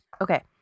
okay